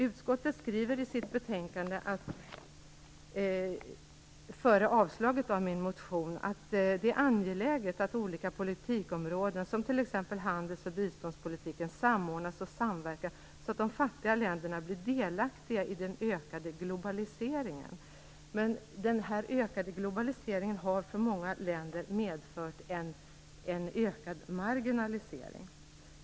Utskottet skriver i sitt betänkande före avslaget på min motion: "Det är angeläget, menar utskottet, att olika politikområden, som t.ex. handels och biståndspolitiken, samordnas och samverkar så att de fattiga länderna blir delaktiga i den ökande globaliseringen." Men den här ökande globaliseringen har för många länder medfört en ökad marginalisering.